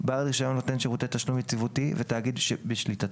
בעל רישיון נותן שירותי תשלום יציבותי ותאגיד שבשליטתו,